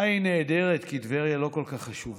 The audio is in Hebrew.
אולי היא נעדרת כי טבריה לא כל כך חשובה.